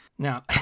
Now